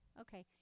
Okay